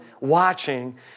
watching